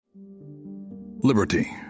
Liberty